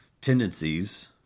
tendencies